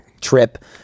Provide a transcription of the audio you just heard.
trip